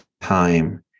time